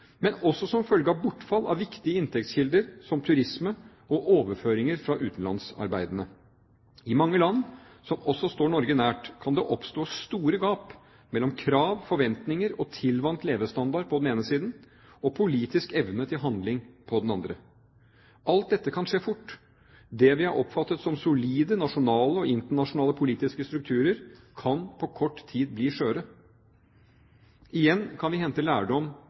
men også som følge av bortfall av viktige inntektskilder som turisme og overføringer fra utenlandsarbeidende. I mange land, som også står Norge nært, kan det oppstå store gap mellom krav, forventninger og tilvant levestandard på den ene siden og politisk evne til handling på den andre. Alt dette kan skje fort. Det vi har oppfattet som solide nasjonale og internasjonale politiske strukturer, kan på kort tid bli skjøre. Igjen kan vi hente lærdom